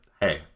hey